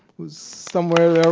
who is somewhere